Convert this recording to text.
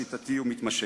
שיטתי ומתמשך.